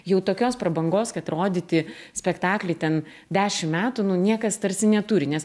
jau tokios prabangos kad rodyti spektaklį ten dešim metų nu niekas tarsi neturi nes